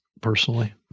personally